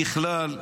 ככלל,